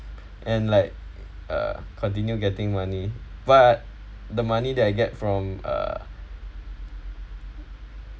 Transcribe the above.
and like uh continue getting money but the money that I get from uh